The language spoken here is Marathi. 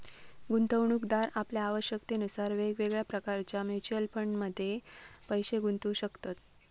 गुंतवणूकदार आपल्या आवश्यकतेनुसार वेगवेगळ्या प्रकारच्या म्युच्युअल फंडमध्ये पैशे गुंतवू शकतत